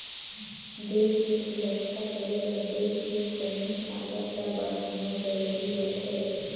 देस के सुरक्छा करे बर देस के सइनिक ताकत ल बड़हाना जरूरी रथें